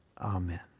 Amen